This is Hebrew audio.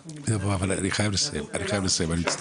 שאנחנו --- אבל אני חייב לסיים אני מצטער.